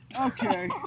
okay